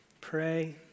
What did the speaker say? pray